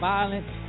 violence